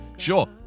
Sure